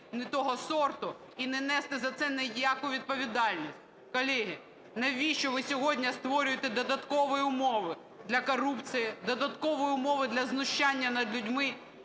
не того сорту, і не нести за це ніякої відповідальності. Колеги, навіщо ви сьогодні створюєте додаткові умови для корупції, додаткові умови для знущання над людьми?